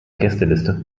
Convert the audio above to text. gästeliste